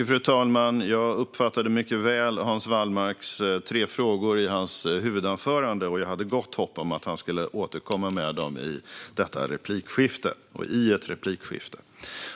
Fru talman! Jag uppfattade mycket väl Hans Wallmarks tre frågor i hans huvudanförande, och jag hade gott hopp om att han skulle återkomma med dem i ett replikskifte.